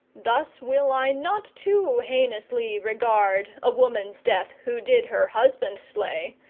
thus will i not too heinously regard a woman's death who did her husband slay,